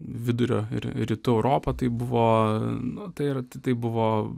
vidurio rytų europa taip buvo nu tai ir tai buvo